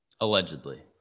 Allegedly